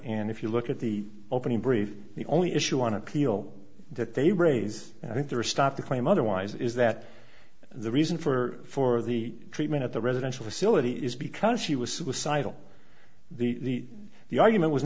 and if you look at the opening brief the only issue on appeal that they raise i think there is stop the claim otherwise is that the reason for the treatment at the residential facility is because she was suicidal the the argument was